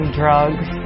drugs